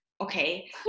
Okay